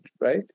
right